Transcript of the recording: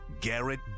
Garrett